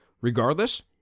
Regardless